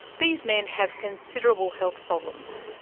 these men have considerable health problems.